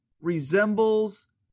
resembles